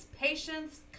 patience